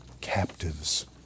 captives